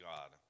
God